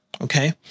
Okay